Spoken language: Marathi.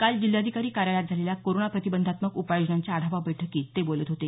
काल जिल्हाधिकारी कार्यालयात झालेल्या कोरोना प्रतिबंधात्मक उपाययोजनांच्या आढावा बैठकीत ते बोलत होते